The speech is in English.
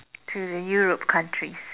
to Europe countries